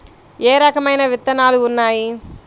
ఏ రకమైన విత్తనాలు ఉన్నాయి?